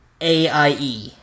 AIE